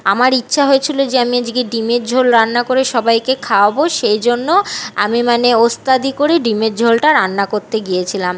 আমার ইচ্ছা হয়েছিলো যে আমি আজকে ডিমের ঝোল রান্না করে সবাইকে খাওয়াবো সেই জন্য আমি মানে ওস্তাদি করেই ডিমের ঝোলটা রান্না করতে গিয়েছিলাম